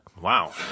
Wow